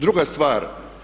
Druga stvar.